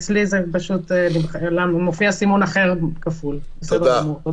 אצלי מופיע סימון אחר כפול בסדר גמור, תודה.